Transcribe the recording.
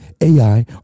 AI